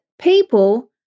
people